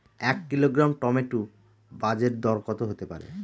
এক kilogram tomato বাজের দরকত হতে পারে?